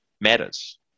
matters